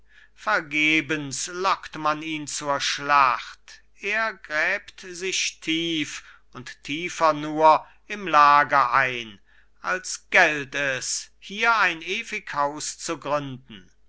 vergebens lockt man ihn zur schlacht er gräbt sich tief und tiefer nur im lager ein als gält es hier ein ewig haus zu gründen